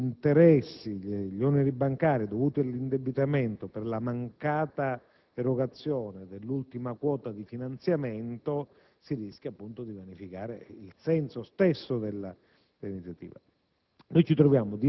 gli interessi e gli oneri bancari dovuti all'indebitamento per la mancata erogazione dell'ultima quota di finanziamento si rischia - appunto - di vanificare il senso stesso dell'iniziativa.